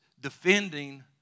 defending